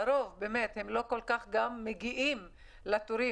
לרוב הן לא מגיעות לטיפות חלב.